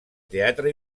teatre